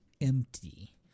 empty